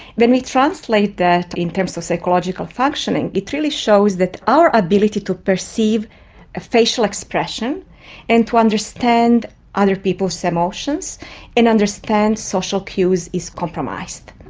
when we translate that in terms of psychological functioning, it really shows that our ability to perceive a facial expression and to understand other people's emotions and understand social cues is compromised.